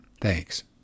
Thanks